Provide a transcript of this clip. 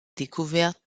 découvertes